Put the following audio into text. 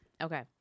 Okay